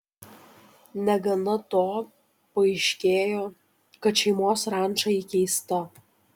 negana to paaiškėjo kad šeimos ranča įkeista